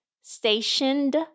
stationed